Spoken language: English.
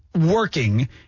working